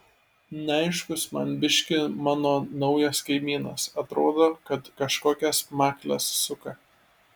neaiškus man biškį mano naujas kaimynas atrodo kad kažkokias makles suka